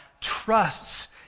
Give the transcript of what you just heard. trusts